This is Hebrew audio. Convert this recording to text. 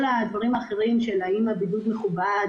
כל הדברים האחרים האם מכבדים את הבידוד,